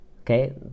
Okay